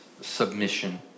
submission